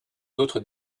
d’autres